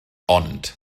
ond